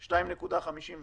2.58%,